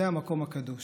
זה המקום הקדוש.